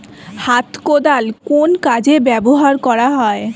হাত কোদাল কোন কাজে ব্যবহার করা হয়?